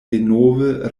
denove